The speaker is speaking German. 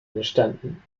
entstanden